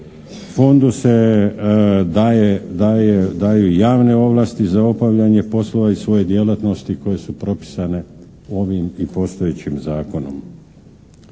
Fondu se daju javne ovlasti za obavljanje poslova iz svoje djelatnosti koje su propisane ovim i postojećim zakonom.